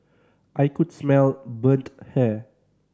I could smell burnt hair